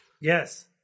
Yes